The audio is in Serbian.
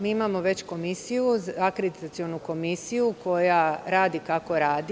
Mi imamo već komisiju – akreditacionu komisiju koja radi kako radi.